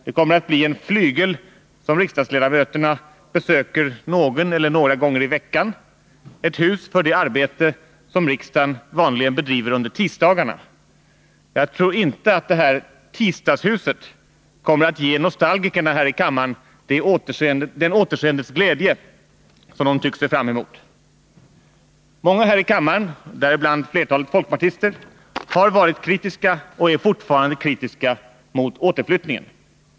Det kommer att bli en flygel som riksdagsledamöterna besöker någon gång eller några gånger i veckan, ett hus för det arbete som riksdagen vanligen bedriver under tisdagarna. Jag tror inte att det tisdagshuset kommer att ge nostalgikerna här i kammaren den återseendets glädje som de tycks se fram emot. Många här i kammaren — däribland flertalet folkpartister — har varit kritiska och är fortfarande kritiska mot återflyttningen.